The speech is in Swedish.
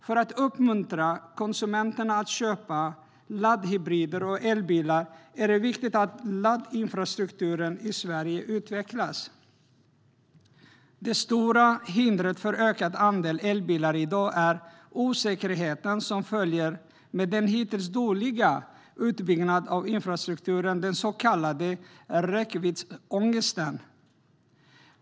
För att uppmuntra konsumenter att köpa laddhybrider och elbilar är det viktigt att laddinfrastrukturen i Sverige utvecklas. Det stora hindret för en ökad andel elbilar i dag är den osäkerhet som följer med den hittills dåligt utbyggda infrastrukturen, den så kallade räckviddsångesten.